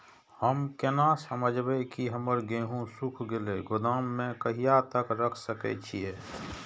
हम केना समझबे की हमर गेहूं सुख गले गोदाम में कहिया तक रख सके छिये?